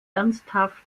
ernsthaft